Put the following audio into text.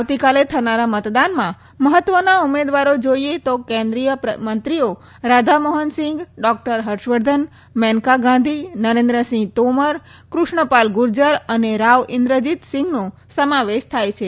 આવતીકાલે થનારા મતદાનમાં મહત્વના ઉમેદવારો જોઈએ તો કેન્દ્રીય મંત્રીઓ રાધામોહન સિંઘ ડોકટર હર્ષવર્ધન મેનકા ગાંધી નરેન્દ્રસિંહ તોમર કૃષ્ણ પાલ ગુર્જર અને રાવ ઈન્દ્રજીતસિંગનો સમાવેશ થાય છે